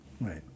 Right